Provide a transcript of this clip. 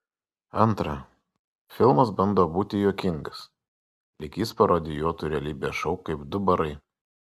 antra filmas bando būti juokingas lyg jis parodijuotų realybės šou kaip du barai